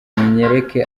munyereke